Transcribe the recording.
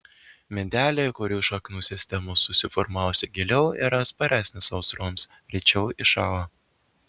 medeliai kurių šaknų sistema susiformavusi giliau yra atsparesni sausroms rečiau iššąla